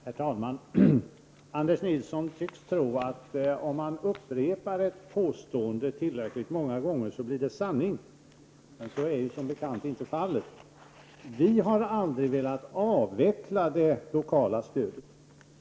Herr talman! Anders Nilsson tycks tro att om man upprepar ett påstående tillräckligt många gånger blir det sant. Men så är som bekant inte fallet. Vi moderater har aldrig velat avveckla det lokala stödet.